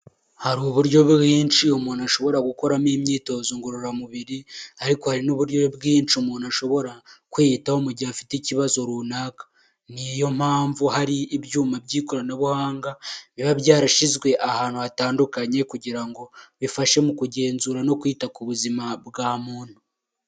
Hari uburyo bwinshi umuntu ashobora gukoramo imyitozo ngororamubiri ariko hari n'uburyo bwinshi umuntu ashobora kwiyitaho mu gihe afite ikibazo runaka. Niyo mpamvu hari ibyuma by'ikoranabuhanga biba byarashyizwe ahantu hatandukanye kugira ngo bifashe mu kugenzura no kwita ku buzima bwa muntu.